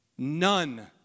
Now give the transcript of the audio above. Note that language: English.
None